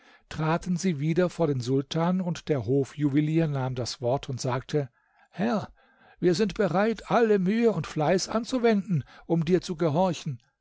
traten sie wieder vor den sultan und der hofjuwelier nahm das wort und sagte herr wir sind bereit alle mühe und fleiß anzuwenden um dir zu gehorchen